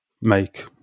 make